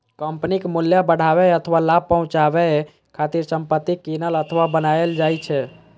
कंपनीक मूल्य बढ़ाबै अथवा लाभ पहुंचाबै खातिर संपत्ति कीनल अथवा बनाएल जाइ छै